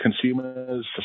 consumers